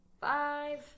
five